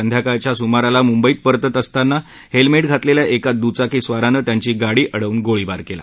संध्याकाळच्या सुमाराला मुंबईला परतत असताना हेल्मेट घातलेल्या एका दुचाकीस्वारानं त्यांची गाडी अडवून गोळीबार केला